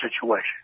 situation